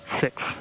six